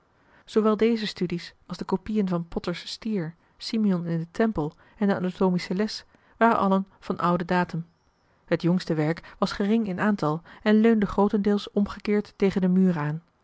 zoowel deze studie's als de copieën van potters stier simeon in den tempel en de anatomische les waren allen van ouden datum het jongste werk was gering in aantal en leunde grootendeels omgekeerd tegen den muur aan